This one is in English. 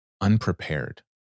unprepared